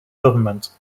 government